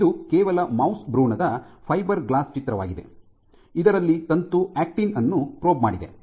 ಇದು ಕೇವಲ ಮೌಸ್ ಭ್ರೂಣದ ಫೈಬರ್ಗ್ಲಾಸ್ ನ ಚಿತ್ರವಾಗಿದೆ ಇದರಲ್ಲಿ ತಂತು ಆಕ್ಟಿನ್ ಅನ್ನು ಪ್ರೋಬ್ ಮಾಡಿದೆ